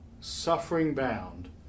suffering-bound